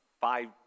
Five